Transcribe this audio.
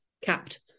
capped